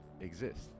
exist